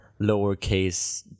lowercase